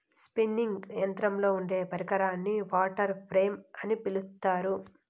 spinning యంత్రంలో ఉండే పరికరాన్ని వాటర్ ఫ్రేమ్ అని పిలుత్తారు